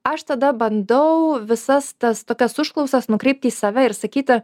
aš tada bandau visas tas tokias užklausas nukreipti į save ir sakyti